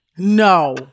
No